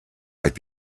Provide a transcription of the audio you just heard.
might